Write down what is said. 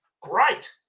great